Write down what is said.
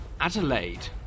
Adelaide